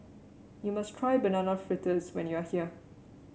you must try Banana Fritters when you are here